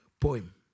poem